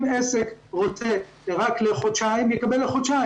אם עסק רוצה רק לחודשיים, יקבל רק לחודשיים.